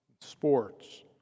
sports